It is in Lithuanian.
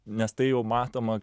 nes tai jau matoma